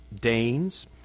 Danes